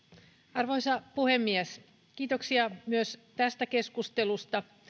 arvoisa puhemies kiitoksia myös tästä keskustelusta